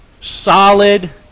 solid